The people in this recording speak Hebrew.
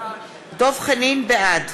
בעד